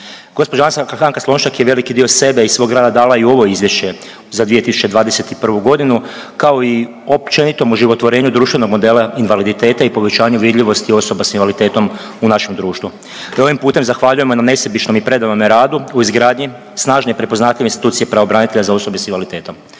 Slonjšak. Gđa Anka Slonjšak je veliki dio sebe i svog rada dala i u ovo Izvješće za 2021. g., ako i općenitom ožitvorenju društvenog modela invaliditeta i povećanju vidljivosti osoba s invaliditetom u našem društvu i ovim putem zahvaljujem joj na nesebičnome i predanome radu, u izgradnju snažne i prepoznatljive institucije pravobranitelja za osobe s invaliditetom.